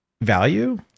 value